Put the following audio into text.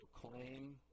proclaim